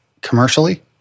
commercially